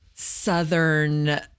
Southern